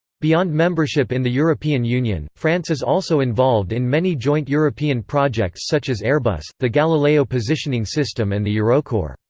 beyond membership in the european union, france is also involved in many joint european projects such as airbus, the galileo positioning system and the eurocorps.